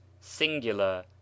singular